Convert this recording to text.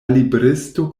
libristo